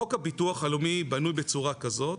חוק הביטוח הלאומי בנוי בצורה כזאת